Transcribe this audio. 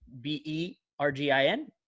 B-E-R-G-I-N